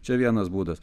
čia vienas būdas